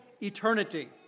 eternity